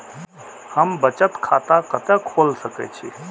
हम बचत खाता कते खोल सके छी?